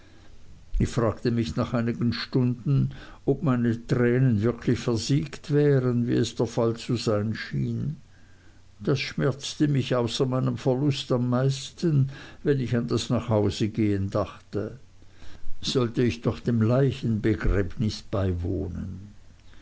ich fragte mich nach einigen stunden ob meine tränen wirklich versiegt wären wie es der fall zu sein schien das schmerzte mich außer meinem verlust am meisten wenn ich an das nachhausegehen dachte sollte ich doch dem leichenbegängnis beiwohnen